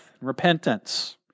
repentance